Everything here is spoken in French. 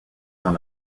dans